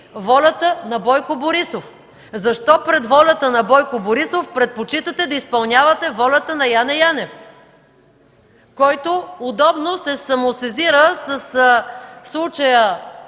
волята на Бойко Борисов. Защо пред волята на Бойко Борисов предпочитате да изпълнявате волята на Яне Янев, който удобно се самосезира със случая